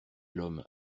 l’homme